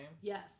Yes